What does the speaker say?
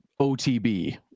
OTB